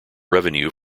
revenue